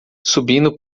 subindo